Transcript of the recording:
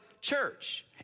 church